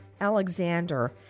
Alexander